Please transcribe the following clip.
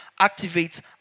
activates